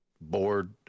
board